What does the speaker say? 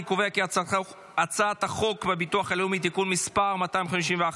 אני קובע כי הצעת חוק הביטוח הלאומי (תיקון מס' 251),